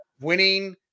winning